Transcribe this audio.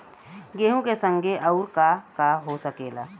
गेहूँ के संगे अउर का का हो सकेला?